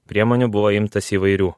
priemonių buvo imtasi įvairių